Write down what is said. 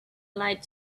light